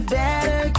better